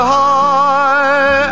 high